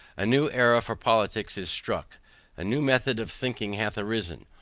a new era for politics is struck a new method of thinking hath arisen.